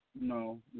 No